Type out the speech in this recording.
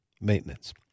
maintenance